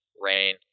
Rain